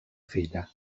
filla